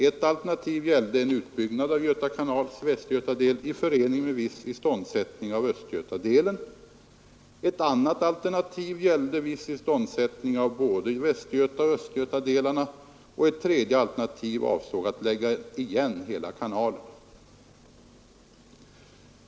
Ett alternativ gällde en utbyggnad av Göta kanals västgötadel i förening med viss iståndsättning av östgötadelen, ett annat alternativ gällde viss iståndsättning av både västgötaoch östgötadelarna och ett tredje alternativ avsåg att lägga igen hela kanalen.